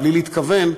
בלי להתכוון,